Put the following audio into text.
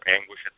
anguish